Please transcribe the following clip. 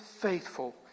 faithful